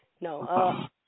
No